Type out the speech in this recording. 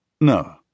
No